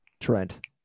Trent